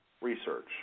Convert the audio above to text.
research